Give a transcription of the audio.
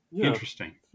Interesting